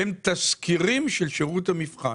הם תזכירים של שירות המבחן.